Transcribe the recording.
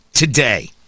Today